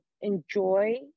enjoy